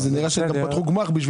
הם גם פתחו גמ"ח.